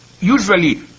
usually